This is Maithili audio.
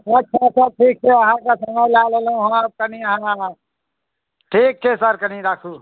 अच्छा अच्छा ठीक छै अहाँकेँ समय लए लेलहुँ हम कनि हँ ठीक छै सर कनि राखु